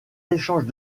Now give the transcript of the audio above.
échanges